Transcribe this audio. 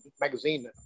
magazine